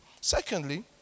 Secondly